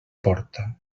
porta